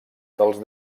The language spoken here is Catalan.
dels